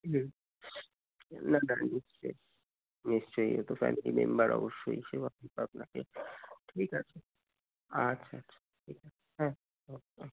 নিশ্চই নিশ্চইতো family member অবশ্যই সেতো তো আপনাকে ঠিক আছে আচ্ছা আচ্ছা ঠিক আছে হ্যাঁ